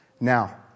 Now